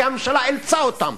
כי הממשלה אילצה אותם,